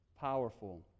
powerful